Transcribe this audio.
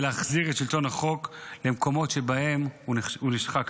להחזיר את שלטון החוק למקומות שבהם הוא נשחק,